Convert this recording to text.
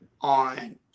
on